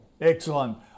Excellent